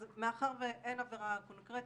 אז מאחר ואין עבירה קונקרטית,